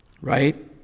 right